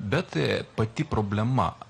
bet pati problema